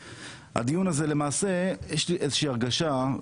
הדיון הזה למעשה, יש לי איזושהי הרגשה,